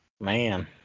Man